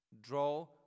draw